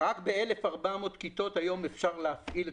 היום רק ב-1,400 כיתות אפשר להפעיל את